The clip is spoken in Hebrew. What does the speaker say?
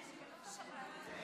(קוראת בשמות חברי הכנסת)